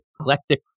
eclectic